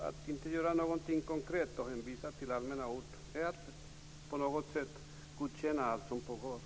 Att inte göra någonting konkret och hänvisa till allmänna ord är att på något sätt godkänna allt som pågår.